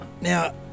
Now